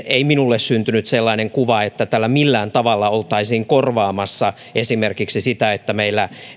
ei syntynyt sellainen kuva että tällä millään tavalla oltaisiin korvaamassa esimerkiksi sitä että meillä